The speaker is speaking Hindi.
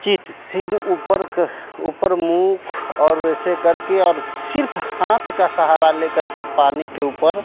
चित सिर ऊपर क ऊपर मुँह और ऐसे करके और सिर्फ हाथ का सहारा ले करके पानी के ऊपर